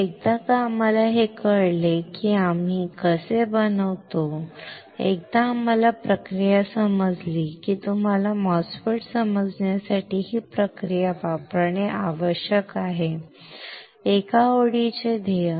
तर एकदा का आम्हाला हे कळले की आम्ही कसे बनवतो एकदा तुम्हाला प्रक्रिया समजली की तुम्हाला MOSFET समजण्यासाठी ही प्रक्रिया वापरणे आवश्यक आहे एका ओळीचे ध्येय